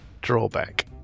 drawback